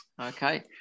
Okay